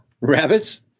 Rabbits